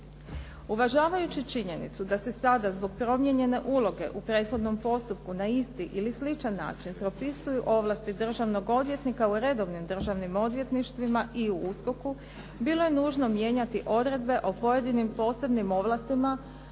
Uvažavajući činjenicu da se sada zbog promijenjene uloge u prethodnom postupku na isti ili sličan način propisuju ovlasti državnog odvjetnika u redovnim državnim odvjetništvima i u USKOK-u bilo je nužno mijenjati odredbe o pojedinim posebnim ovlastima